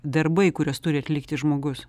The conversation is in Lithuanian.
darbai kuriuos turi atlikti žmogus